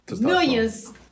millions